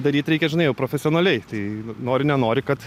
daryt reikia žinai jau profesionaliai tai nori nenori kad